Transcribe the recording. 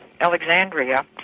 alexandria